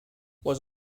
was